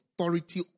authority